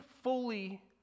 fully